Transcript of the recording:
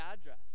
address